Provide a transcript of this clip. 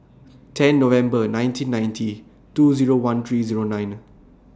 ten November nineteen ninety two Zero one three Zero nine